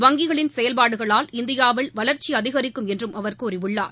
வங்கிகளின் செயல்பாடுகளால் இந்தியாவில் வளர்ச்சி அதிகரிக்கும் என்றும் அவர் கூறியுள்ளார்